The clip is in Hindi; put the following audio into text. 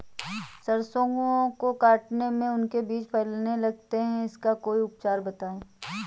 सरसो को काटने में उनके बीज फैलने लगते हैं इसका कोई उपचार बताएं?